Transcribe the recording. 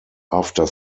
after